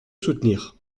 soutenir